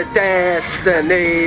destiny